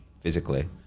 physically